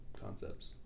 concepts